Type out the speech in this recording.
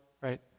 right